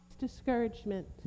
discouragement